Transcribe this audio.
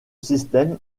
système